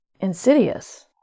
insidious